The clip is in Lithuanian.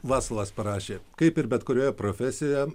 vasalas parašė kaip ir bet kurioje profesijoje